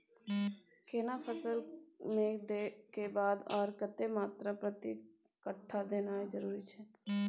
केना फसल मे के खाद आर कतेक मात्रा प्रति कट्ठा देनाय जरूरी छै?